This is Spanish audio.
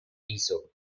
piso